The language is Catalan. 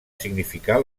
significar